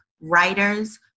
writers